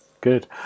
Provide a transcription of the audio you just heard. Good